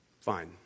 fine